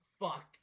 Fuck